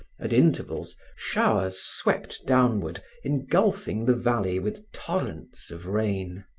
at intervals, showers swept downward, engulfing the valley with torrents of rain.